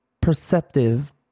perceptive